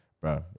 bro